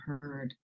heard